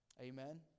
Amen